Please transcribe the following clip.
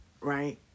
right